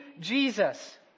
Jesus